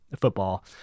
football